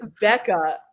Becca